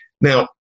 Now